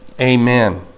Amen